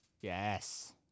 Yes